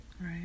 Right